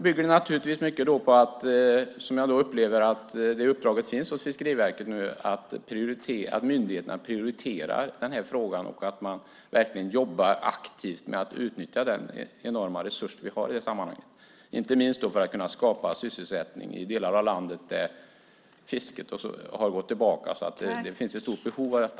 Det finns nu ett uppdrag på Fiskeriverket om att myndigheterna ska prioritera denna fråga och verkligen jobba aktivt med att utnyttja den enorma resurs som vi har i detta sammanhang, inte minst för att kunna skapa sysselsättning i delar av landet där fisket har gått tillbaka. Det finns därför ett stort behov av detta.